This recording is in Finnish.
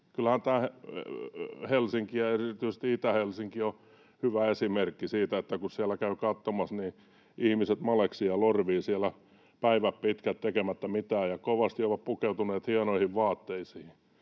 Kyllähän Helsinki ja erityisesti Itä-Helsinki ovat hyviä esimerkkejä siitä, että kun siellä käy katsomassa, niin ihmiset maleksivat ja lorvivat siellä päivät pitkät tekemättä mitään ja kovasti ovat pukeutuneet hienoihin vaatteisiin.